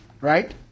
Right